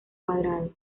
cuadrado